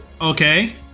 Okay